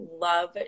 love